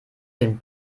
den